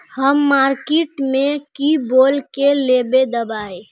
हम मार्किट में की बोल के लेबे दवाई?